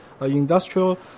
industrial